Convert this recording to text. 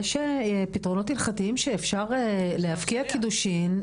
יש פתרונות הלכתיים שאפשר להפקיע קידושין,